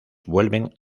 vuelven